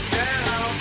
down